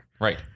Right